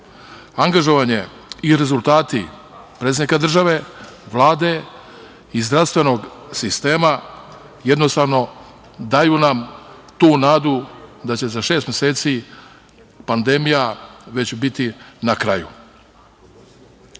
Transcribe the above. angažovanje i rezultati predsednika države, Vlade i zdravstvenog sistema, jednostavno daju nam tu nadu da će za šest meseci pandemija već biti na kraju. Što